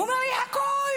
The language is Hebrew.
הוא אומר לי: הכול.